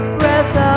breath